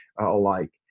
alike